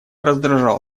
раздражал